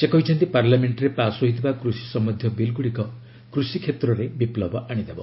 ସେ କହିଛନ୍ତି ପାର୍ଲ୍ୟାମେଣ୍ଟରେ ପାସ୍ ହୋଇଥିବା କୃଷି ସମ୍ପନ୍ଧୀୟ ବିଲ୍ଗୁଡ଼ିକ କୃଷି କ୍ଷେତ୍ରରେ ବିପ୍ଲବ ଆଣିଦେବ